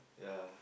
ya